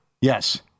Yes